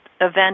event